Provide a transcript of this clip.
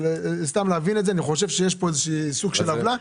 אבל אני חושב שיש פה סוג של עוולה,